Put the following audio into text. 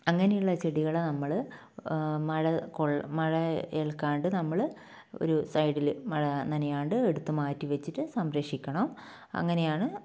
അങ്ങനെയുള്ള ചെടികളെ നമ്മൾ മഴ കൊള്ളാതെ മഴ ഏൽക്കാണ്ട് നമ്മൾ ഒരു സൈഡിൽ മഴ നനയാണ്ട് എടുത്ത് മാറ്റിവെച്ചിട്ട് സംരക്ഷിക്കണം അങ്ങനെയാണ്